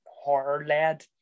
horror-led